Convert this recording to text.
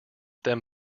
then